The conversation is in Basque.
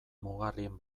mugarrien